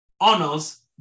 honors